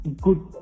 good